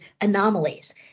anomalies